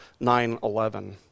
9-11